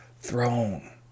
throne